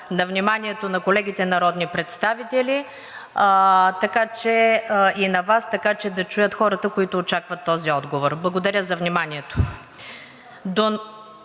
на вниманието на колегите народни представители и на Вас, така че да чуят хората, които очакват този отговор. Благодаря за вниманието.